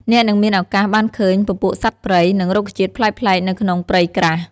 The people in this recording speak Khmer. អ្នកនឹងមានឱកាសបានឃើញពពួកសត្វព្រៃ និងរុក្ខជាតិប្លែកៗនៅក្នុងព្រៃក្រាស់។